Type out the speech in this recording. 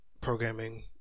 programming